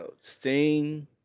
Sting